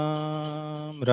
Ram